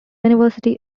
university